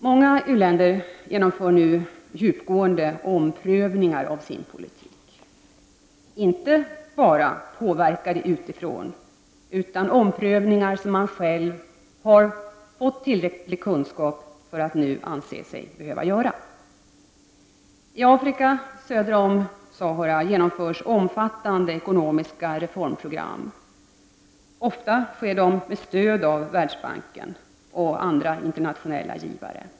Många u-länder genomför djupgående omprövningar av sin politik — inte bara påverkade utifrån, utan det är omprövningar som man efter att ha fått tillräcklig kunskap nu anser sig behöva göra. I Afrika söder om Sahara genomförs nu omfattande ekonomiska reformprogram, ofta med stöd av Världsbanken och andra internationella givare.